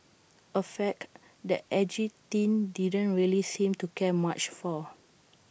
A fact that edgy teen didn't really seem to care much for